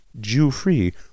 Jew-free